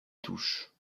touche